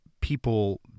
people